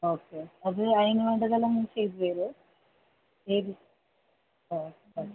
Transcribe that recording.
okay അത് അതിനു വേണ്ടതെല്ലാം നിങ്ങൾ ചെയ്തു തരുമോ ചെയ്ത് ഓ ഓക്കെ